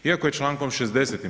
Iako je čl. 60.